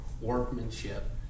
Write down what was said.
workmanship